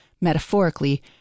metaphorically